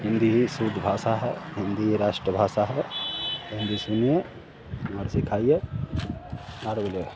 हिन्दी ही शुद्ध भाषा है हिन्दी राष्ट्रभाषा है हिन्दी सुनिए और सिखाइए और मिले